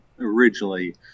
originally